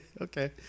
Okay